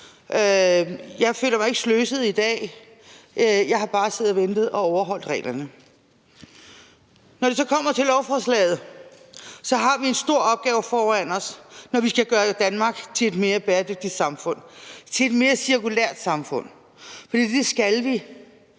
Jeg føler mig ikke sløset i dag; jeg har bare siddet og ventet og overholdt reglerne. Når det så kommer til lovforslaget, har vi en stor opgave foran os, når vi skal gøre Danmark til et mere bæredygtigt samfund, til et mere cirkulært samfund – for det skal vi.